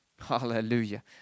Hallelujah